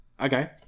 Okay